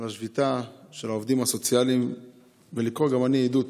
לשביתה של העובדים הסוציאליים ולקרוא גם אני עדות